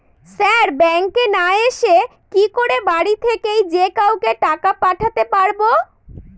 Sir ব্যাঙ্কে না এসে কি করে বাড়ি থেকেই যে কাউকে টাকা পাঠাতে পারবো?